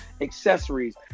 accessories